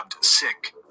sick